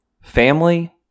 family